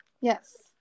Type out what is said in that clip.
Yes